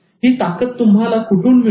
ही ताकत तुम्ही कुठून मिळवणार